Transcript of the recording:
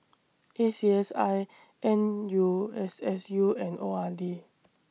A C S I N U S S U and O R D